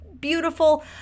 beautiful